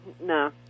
no